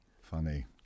Funny